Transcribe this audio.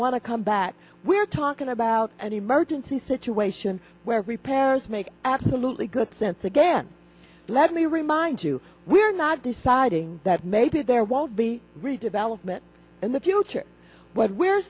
want to come back we're talking about an emergency situation where repairs make absolutely good sense again let me remind you we're not deciding that maybe there well be redevelopment in the future what we're